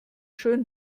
schön